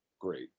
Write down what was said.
great